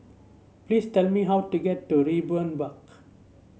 please tell me how to get to Raeburn Park